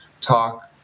talk